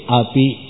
api